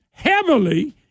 heavily